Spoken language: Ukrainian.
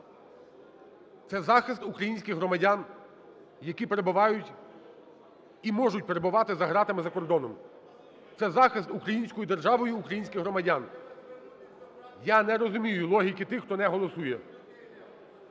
це захист українських громадян, які перебувають і можуть перебувати за ґратами за кордоном. Це захист українською державою українських громадян. Я не розумію логіки тих, хто не голосує.